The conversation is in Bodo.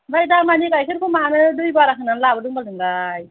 ओमफ्राय दामानि गायखेरखौ मानो दै बारा होनानै लाबोदों बाल नोंलाय